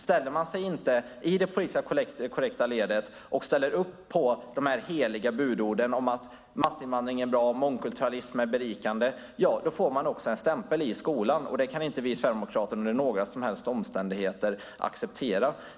Ställer man sig inte i det politiskt korrekta ledet och ställer upp på de heliga budorden om att massinvandring är bra och mångkulturalism är berikande får man också en stämpel i skolan. Det kan inte vi sverigedemokrater under några som helst omständigheter acceptera.